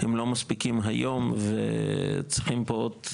כי תזכור שיש יזם שמתחזק את כל הפרויקט וזה הולך יפה מאוד עם מסחר